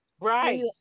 right